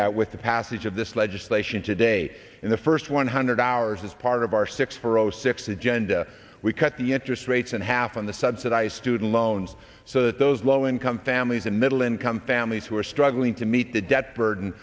that with the passage of this legislation today in the first one hundred hours as part of our six for zero six agenda we cut the interest rates and half on the subsidized student loans so that those low income families and middle income families who are struggling to meet the debt burden